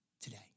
today